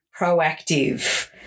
proactive